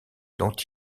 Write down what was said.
dont